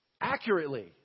accurately